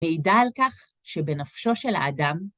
מעידה על כך שבנפשו של האדם